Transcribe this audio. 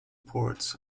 ports